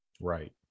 Right